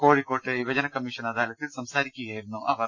കോഴിക്കോട്ട് യുവജന കമ്മീഷൻ അദാലത്തിൽ സംസാരിക്കുകയായിരുന്നു അവർ